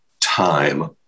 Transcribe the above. time